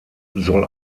soll